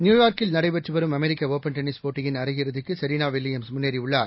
நியூயார்க்கில் நடைபெற்று வரும் அமெரிக்க ஒப்பன் டென்னிஸ் போட்டியின் அரையிறுதிக்கு செரீனா வில்லியம்ஸ் முன்னேறியுள்ளார்